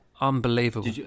Unbelievable